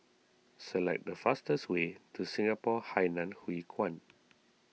select the fastest way to Singapore Hainan Hwee Kuan